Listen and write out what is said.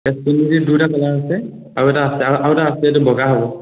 দুইটা কালাৰ আছে আৰু এটা আছে আৰু আৰু এটা আছে এইটো বগা হ'ব